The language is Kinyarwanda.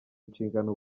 nshingano